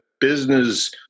business